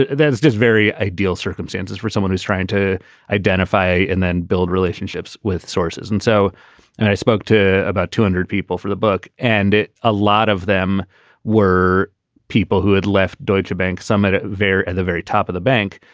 there's this very ideal circumstances for someone who's trying to identify and then build relationships with sources. and so and i spoke to about two hundred people for the book, and a ah lot of them were people who had left deutschebank summit, at and the very top of the bank,